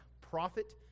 prophet